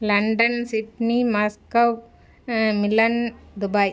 London Sydney Moscow Milan Dubai